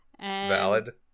Valid